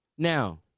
Now